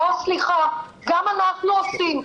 סליחה, גם אנחנו עושים.